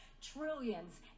trillions